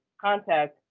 contact